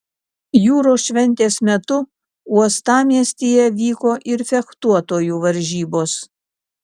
jūros šventės metu uostamiestyje vyko ir fechtuotojų varžybos